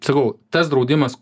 sakau tas draudimas